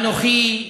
אנוכי,